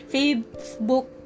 Facebook